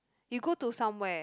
you go to somewhere